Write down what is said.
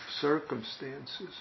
circumstances